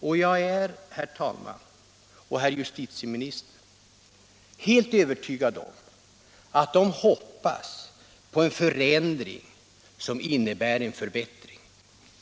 Och jag är, herr talman och herr justitieminister, helt övertygad om att de hoppas på en förändring som innebär en förbättring.